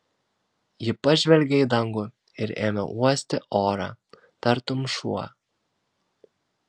ji pažvelgė į dangų ir ėmė uosti orą tartum šuo